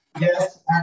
Yes